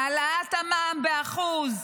העלאת המע"מ באחוז,